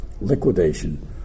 liquidation